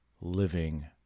living